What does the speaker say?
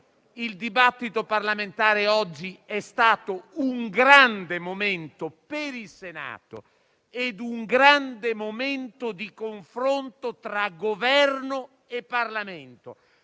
il dibattito parlamentare oggi è stato un grande momento per il Senato e un grande momento di confronto tra Governo e Parlamento,